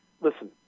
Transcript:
listen